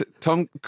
Tom